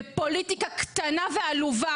ופוליטיקה קטנה ועלובה